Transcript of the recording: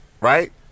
right